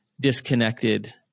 disconnected